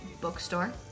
bookstore